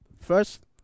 First